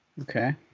Okay